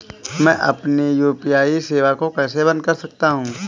मैं अपनी यू.पी.आई सेवा को कैसे बंद कर सकता हूँ?